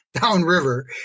Downriver